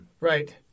Right